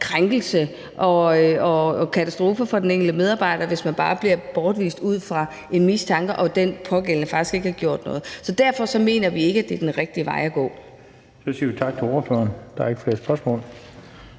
krænkelse og katastrofe for den enkelte medarbejder, hvis man bare bliver bortvist ud fra en mistanke og den pågældende faktisk ikke har gjort noget. Så derfor mener vi ikke, at det er den rigtige vej at gå. Kl. 14:09 Den fg. formand (Bent Bøgsted):